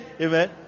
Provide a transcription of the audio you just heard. Amen